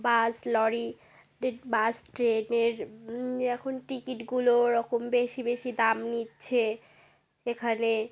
বাস lorry ডে bus ট্রেনের এখন টিকিটগুলো ওরকম বেশি বেশি দাম নিচ্ছে এখানে